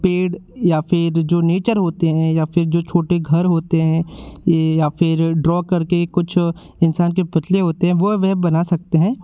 पेड़ या फिर जो नेचर होते हैं या फिर जो छोटे घर होते हैं या फिर ड्रॉ करके कुछ इंसान के पतले होते हैं वह वे बना सकते हैं